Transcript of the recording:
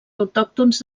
autòctons